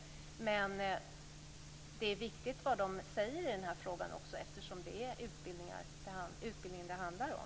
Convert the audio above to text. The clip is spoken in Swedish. Men det är viktigt vad utbildningsutskottet säger i den här frågan, eftersom det är utbildning det handlar om.